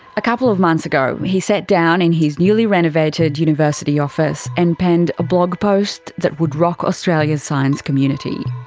a couple of months ago he sat down in his newly renovated university office and penned a blog post that would rock australia's science community.